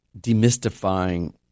demystifying